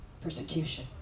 persecution